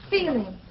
Feeling